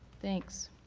thanks.